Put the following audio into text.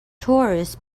tourists